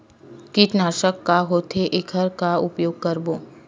कीटनाशक का होथे एखर का उपयोग करबो?